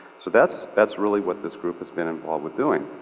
so that's that's really what this group has been involved with doing.